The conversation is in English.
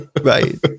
Right